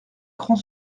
grand